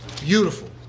Beautiful